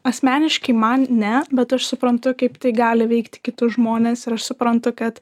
asmeniškai man ne bet aš suprantu kaip tai gali veikti kitus žmones ir aš suprantu kad